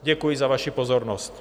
Děkuji za vaši pozornost.